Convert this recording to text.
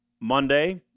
Monday